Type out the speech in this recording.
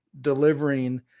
delivering